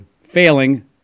failing